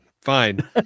fine